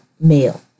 male